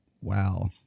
Wow